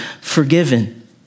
forgiven